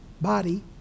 body